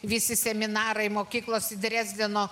visi seminarai mokyklos drezdeno